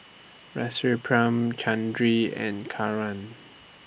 Rasipuram and Kiran